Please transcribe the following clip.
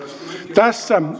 tässä